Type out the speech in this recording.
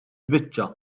biċċa